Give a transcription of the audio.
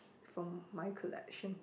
from my collection